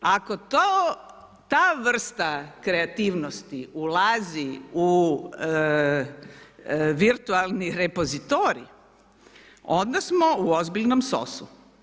Ako ta vrsta kreativnosti ulazi u virtualni repozitorij, onda smo u ozbiljnom sosu.